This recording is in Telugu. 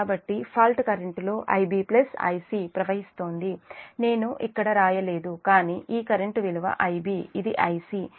కాబట్టి ఫాల్ట్ కరెంట్ లో IbIc ప్రవహిస్తోంది నేను ఇక్కడ రాయలేదు కానీ ఈ కరెంటు విలువ Ib ఇది Ic